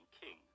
king